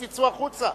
צאו החוצה,